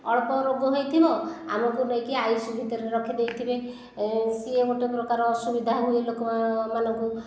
ଅଳ୍ପ ରୋଗ ହୋଇଥିବ ଆମକୁ ନେଇକି ଆଇ ସି ୟୁ ଭିତରେ ରଖିଦେଇଥିବେ ସିଏ ଗୋଟିଏ ପ୍ରକାର ଅସୁବିଧା ହୁଏ ଲୋକ ମାନଙ୍କୁ